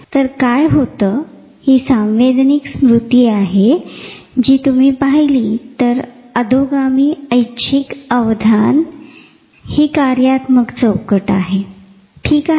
तर काय होते हि संवेद्निक स्मृती आहे जी तुम्ही पहिली तर अधोगामी ऐछिक अवधान हि कार्यात्मक चौकट आहे